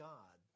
God